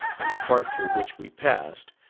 in the part through which we passed,